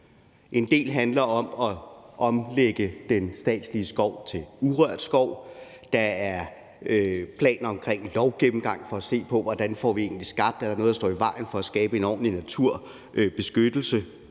af det handler om at omlægge den statslige skov til urørt skov, der er planer omkring en lovgennemgang for at se på, hvordan vi egentlig får skabt det, og om der er noget, der står i vejen for at skabe en ordentlig naturbeskyttelse